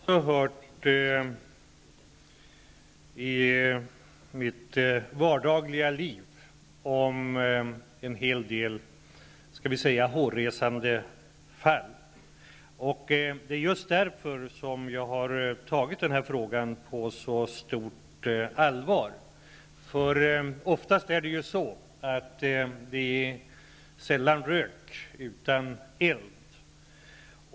Herr talman! Jag har i mitt vardagliga liv också hört om en hel del, skall vi säga, hårresande fall. Det är just därför jag tagit denna fråga på så stort allvar. Det är sällan rök utan eld.